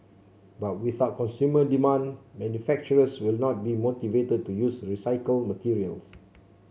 but without consumer demand manufacturers will not be motivated to use recycled materials